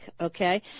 okay